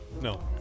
No